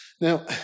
Now